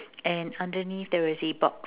and underneath there is a box